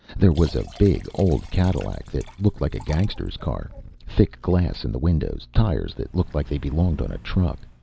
there was a big old cadillac that looked like a gangsters' car thick glass in the windows, tires that looked like they belonged on a truck.